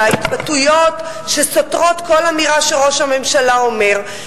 וההתבטאויות שסותרות כל אמירה שראש הממשלה אומר,